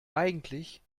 eigentlich